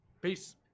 Peace